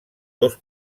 dos